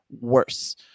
worse